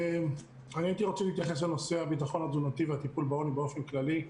הייתי רוצה להתייחס לנושא ביטחון תזונתי והטיפול בעוני באופן כללי.